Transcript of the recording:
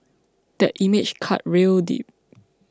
that image cut real deep